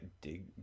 dig